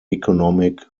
economic